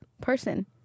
Person